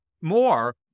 more